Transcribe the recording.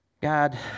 God